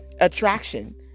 attraction